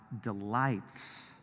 delights